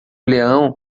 leão